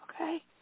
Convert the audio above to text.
Okay